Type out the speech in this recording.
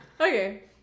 Okay